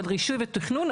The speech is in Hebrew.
של רישוי ותכנון,